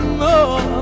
more